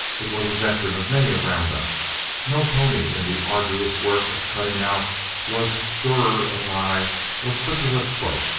it was a veteran of many a round-up. no pony in the arduous work of cutting out was surer of eye or quicker of foot,